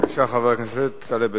בבקשה, חבר הכנסת טלב אלסאנע.